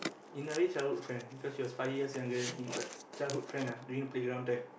in a way childhood friend because she was five years younger than me but childhood friend ah during playground time